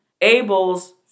Abel's